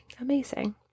amazing